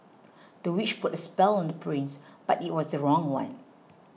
the witch put a spell on the prince but it was the wrong one